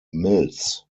mills